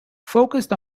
focused